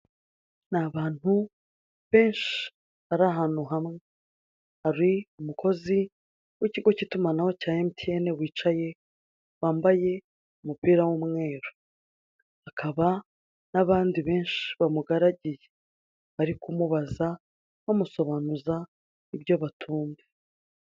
Ni abantu benshi bari ahantu hamwe hari umukozi w'ikigo cyitumamanaho cya emutiyeni wicaye wambaye umupira w'umweru nabadi benshi bamugaragiye bamubaza ibyo batumva.